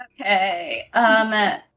Okay